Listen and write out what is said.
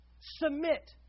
Submit